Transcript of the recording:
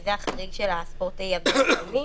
שזה החריג של הספורט הבין-לאומי,